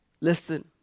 listen